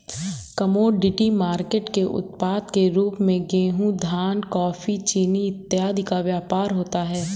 commodity market के उत्पाद के रूप में गेहूं धान कॉफी चीनी इत्यादि का व्यापार होता है